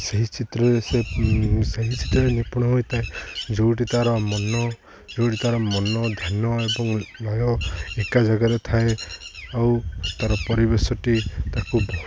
ସେହି ଚିତ୍ରରେ ସେ ସେହି ଚିତ୍ରରେ ନିପୁଣ ହୋଇଥାଏ ଯୋଉଠି ତା'ର ମନ ଯେଉଁଠି ତା'ର ମନ ଧ୍ୟାନ ଏବଂ ଲୟ ଏକା ଜାଗାରେ ଥାଏ ଆଉ ତା'ର ପରିବେଶଟି ତାକୁ